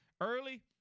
early